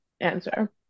answer